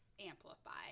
amplified